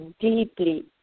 deeply